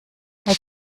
weil